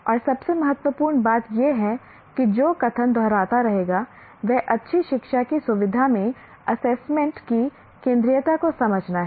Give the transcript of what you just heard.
और सबसे महत्वपूर्ण बात यह है कि जो कथन दोहराता रहेगा वह अच्छी शिक्षा की सुविधा में असेसमेंट की केंद्रीयता को समझना है